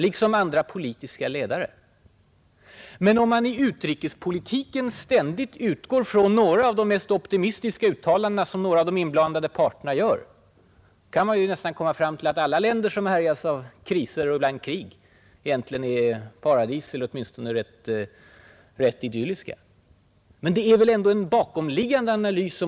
Men om man i utrikespolitiken ständigt utgår från de mest optimistiska uttalandena, som några av de inblandade parterna gör kan man komma fram till att nästan alla länder som är invecklade i kriser och ibland härjas av krig egentligen är paradis — eller åtminstone rätt idylliska. Men det måste väl ändå finnas en bakomliggande analys.